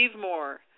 more